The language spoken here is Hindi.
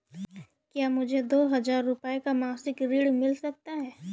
क्या मुझे दो हजार रूपए का मासिक ऋण मिल सकता है?